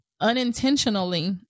unintentionally